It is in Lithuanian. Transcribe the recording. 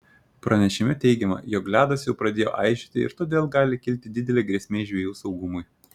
pranešime teigiama jog ledas jau pradėjo aižėti ir todėl gali kilti didelė grėsmė žvejų saugumui